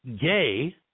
gay